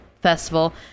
festival